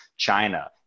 China